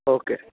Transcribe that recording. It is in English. okay